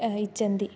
इच्छन्ति